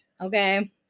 okay